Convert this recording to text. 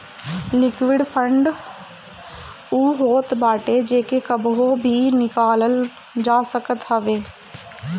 liquid fund उ होत बाटे जेके कबो भी निकालल जा सकत हवे